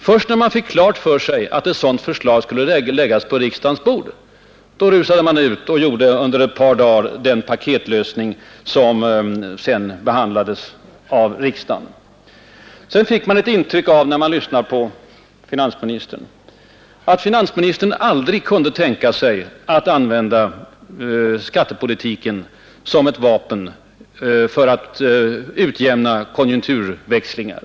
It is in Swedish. Först sedan man fått klart för sig att ett sådant förslag skulle läggas på riksdagens bord, yxade regeringen på ett par dagar till den paketlösning som nu behandlas i riksdagen. När jag lyssnade till finansministern fick jag ett intryck av att finansministern aldrig kunde tänka sig att använda skattepolitiken såsom ett vapen för att utjämna konjunkturens växlingar.